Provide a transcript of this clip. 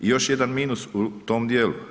I još jedan minus u tom dijelu.